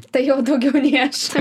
tai jau daugiau nei aš